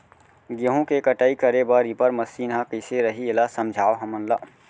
गेहूँ के कटाई करे बर रीपर मशीन ह कइसे रही, एला समझाओ हमन ल?